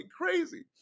crazy